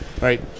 Right